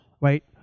right